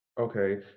Okay